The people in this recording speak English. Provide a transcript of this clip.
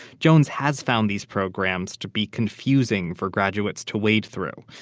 jones has found these programs to be confusing for graduates to wade through,